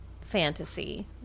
fantasy